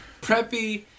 preppy